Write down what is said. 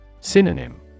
Synonym